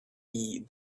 heed